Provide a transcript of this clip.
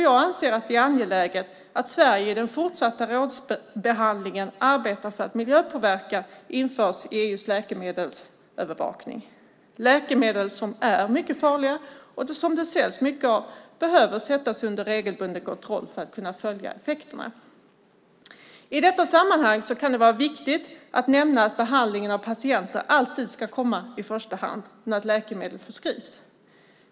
Jag anser att det är angeläget att Sverige i den fortsatta rådsbehandlingen arbetar för att miljöpåverkan införs i EU:s läkemedelsövervakning. Läkemedel som är mycket farliga och som det säljs mycket av behöver sättas under regelbunden kontroll för att effekterna ska kunna följas. I detta sammanhang kan det vara viktigt att nämna att behandlingen av patienter alltid ska komma i första hand när ett läkemedel förskrivs.